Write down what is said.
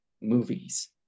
movies